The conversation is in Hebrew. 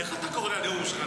איך אתה קורא לנאום שלך?